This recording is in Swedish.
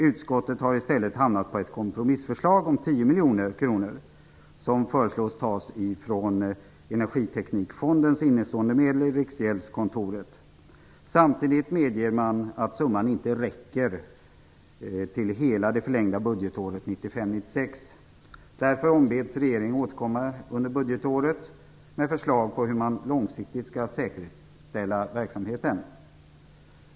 Utskottet har i stället hamnat på ett kompromissförslag på 10 miljoner kronor som föreslås tas från Energiteknikfondens innestående medel i Riksgäldskontoret. Samtidigt medger man att summan inte räcker till hela det förlängda budgetåret 1995/96. Därför ombeds regeringen återkomma under budgetåret med förslag på hur man långsiktigt skall säkerställa verksamheten.